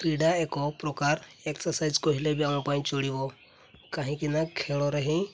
କ୍ରୀଡ଼ା ଏକ ପ୍ରକାର ଏକ୍ସର୍ସାଇଜ୍ କହିଲେ ବି ଆମ ପାଇଁ ଚଳିବ କାହିଁକି ନା ଖେଳରେ ହିଁ